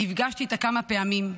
נפגשתי איתה כמה פעמים.